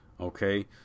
okay